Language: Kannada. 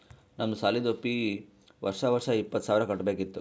ನಮ್ದು ಸಾಲಿದು ಫೀ ವರ್ಷಾ ವರ್ಷಾ ಇಪ್ಪತ್ತ ಸಾವಿರ್ ಕಟ್ಬೇಕ ಇತ್ತು